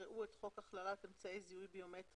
יקראו את חוק הכללת אמצעי זיהוי ביומטריים